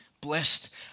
Blessed